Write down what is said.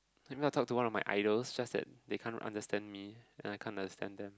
maybe I will talk to one of my idols just that they can't understand me and I can't understand them